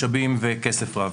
משאבים וכסף רב.